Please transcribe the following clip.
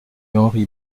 henri